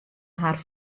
har